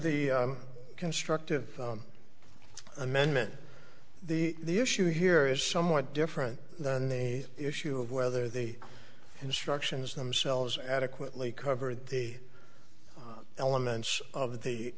the constructive amendment the issue here is somewhat different than the issue of whether the instructions themselves adequately covered the elements of the